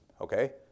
Okay